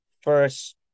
first